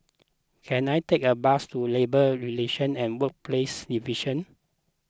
can I take a bus to Labour Relation and Workplaces Division